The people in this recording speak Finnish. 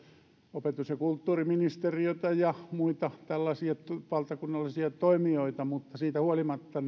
opetus ja kulttuuriministeriötä ja muita tällaisia valtakunnallisia toimijoita mutta siitä huolimatta